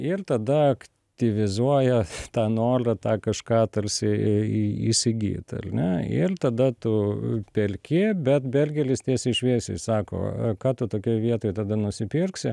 ir tada aktyvizuoja tą nolią tą kažką tarsi į į įsigyt ar ne il tada tu pelki bet belgelis tiesiai šviesiai sako a ką tu tokioj vietoj tada nusipirksi